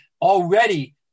already